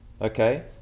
okay